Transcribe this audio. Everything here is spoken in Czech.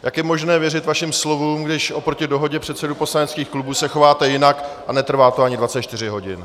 Jak je možné věřit vašim slovům, když oproti dohodě předsedů poslaneckých klubů se chováte jinak, a netrvá to ani 24 hodin?